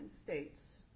states